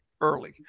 early